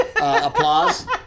applause